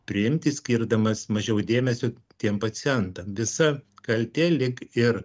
priimti skirdamas mažiau dėmesio tiem pacientam visa kaltė lyg ir